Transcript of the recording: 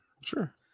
Sure